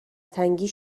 تنگی